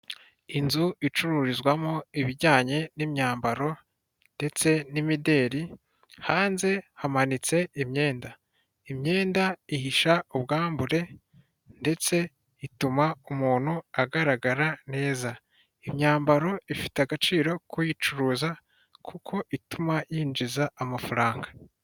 Inzu icururizwamo ibijyanye n'imyambaro ndetse n'imideri hanze hamanitse imyenda, imyenda ihisha ubwambure ndetse ituma umuntu agaragara neza, imyambaro ifite agaciro ku uyicuruza kuko ituma yinjiza amafaranga.